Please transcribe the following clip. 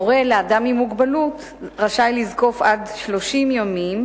הורה לאדם עם מוגבלות רשאי לזקוף עד 30 ימים